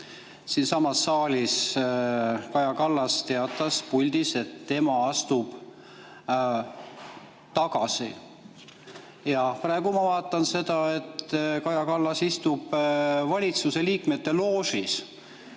siinsamas saalis Kaja Kallas teatas puldis, et tema astub tagasi. Praegu ma vaatan, et Kaja Kallas istub valitsuse liikmete loožis.